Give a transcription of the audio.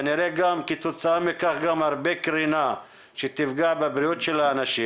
כתוצאה מכך גם הרבה קרינה שתפגע בבריאות של האנשים.